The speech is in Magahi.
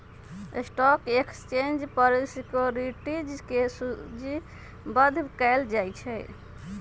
स्टॉक एक्सचेंज पर सिक्योरिटीज के सूचीबद्ध कयल जाहइ